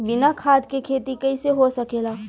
बिना खाद के खेती कइसे हो सकेला?